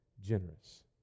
generous